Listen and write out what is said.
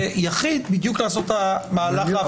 ויחיד בדיוק לעשות את המהלך ההפוך.